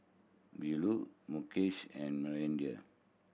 Bellur Mukesh and Manindra